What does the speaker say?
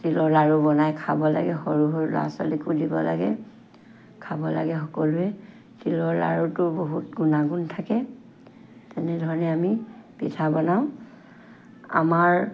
তিলৰ লাড়ু বনাই খাব লাগে সৰু সৰু ল'ৰা ছোৱালীকো দিব লাগে খাব লাগে সকলোৱে তিলৰ লাড়ুটোৰ বহুত গুণাগুণ থাকে তেনেধৰণে আমি পিঠা বনাওঁ আমাৰ